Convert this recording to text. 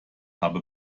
habe